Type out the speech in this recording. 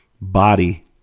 body